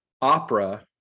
Opera